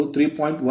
19 ಕೋನ 7